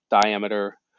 diameter